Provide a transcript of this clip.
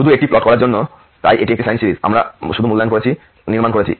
শুধু এটি প্লট করার জন্য তাই এটি সাইন সিরিজ আমরা শুধু মূল্যায়ন করেছি নির্মাণ করেছি